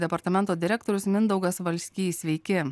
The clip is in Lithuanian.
departamento direktorius mindaugas valskys sveiki